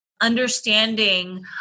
understanding